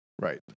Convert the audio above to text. Right